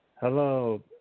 hello